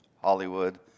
Hollywood